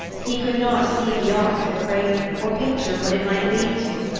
he could not see beyond the craving, or picture what it might lead to,